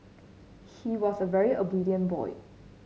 he was a very obedient boy